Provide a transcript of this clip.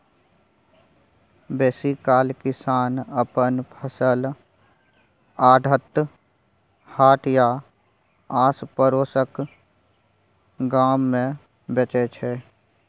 बेसीकाल किसान अपन फसल आढ़त, हाट या आसपरोसक गाम मे बेचै छै